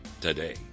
today